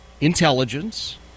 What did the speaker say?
intelligence